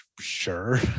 Sure